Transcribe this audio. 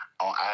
On